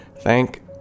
thank